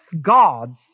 gods